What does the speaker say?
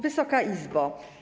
Wysoka Izbo!